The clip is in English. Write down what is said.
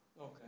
Okay